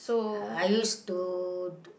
uh I used to